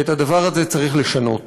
ואת הדבר הזה צריך לשנות.